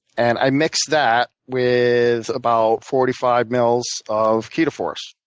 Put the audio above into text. and i mix that with about forty five mils of ketoforce,